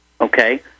okay